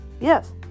Yes